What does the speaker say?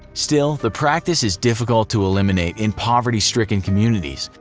still, the practice is difficult to eliminate in poverty-stricken communities,